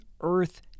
earth